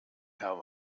herrn